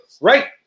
Right